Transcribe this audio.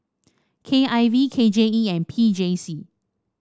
K I V K J E and P J C